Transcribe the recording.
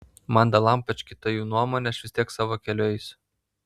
man dalampački ta jų nuomonė aš vis tiek savo keliu eisiu